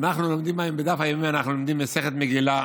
בדף היומי אנחנו לומדים מסכת מגילה,